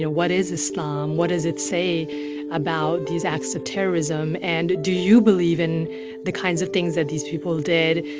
what is islam? what does it say about these acts of terrorism? and do you believe in the kinds of things that these people did?